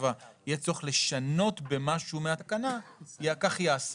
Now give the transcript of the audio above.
איבה יהיה צורך לשנות במשהו מהתקנה כך ייעשה.